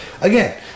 again